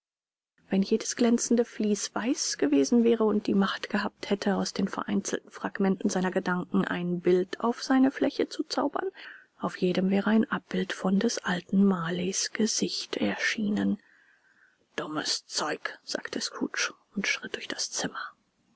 wenn jedes glänzende flies weiß gewesen wäre und die macht gehabt hätte aus den vereinzelten fragmenten seiner gedanken ein bild auf seine fläche zu zaubern auf jedem wäre ein abbild von des alten marleys gesicht erschienen dummes zeug sagte scrooge und schritt durch das zimmer